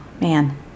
Man